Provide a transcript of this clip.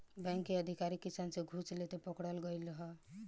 bank के अधिकारी किसान से घूस लेते पकड़ल गइल ह